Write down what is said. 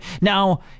Now